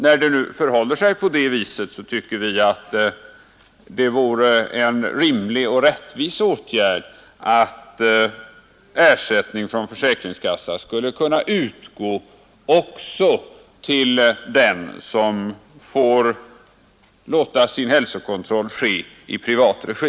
När det förhåller sig på det sättet tycker vi att det vore rimligt och rättvist att ersättning från försäkringskassan skulle kunna utgå också till den som får låta sin hälsokontroll ske i privat regi.